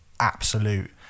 absolute